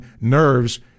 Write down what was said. Nerves